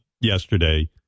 yesterday